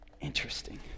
Interesting